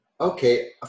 Okay